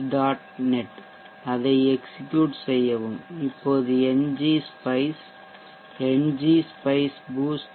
net அதை execute செய்யவும் இப்போது ngspice ngspice boost